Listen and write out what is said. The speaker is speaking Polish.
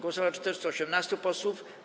Głosowało 418 posłów.